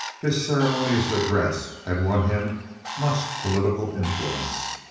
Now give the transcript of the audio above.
his ceremonious address had won him much political influence.